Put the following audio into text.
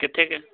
ਕਿੱਥੇ